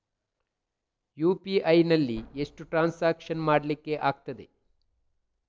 UPI ನಲ್ಲಿ ಎಷ್ಟು transaction ಮಾಡ್ಲಿಕ್ಕೆ ಆಗ್ತದೆ?